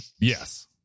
Yes